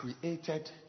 created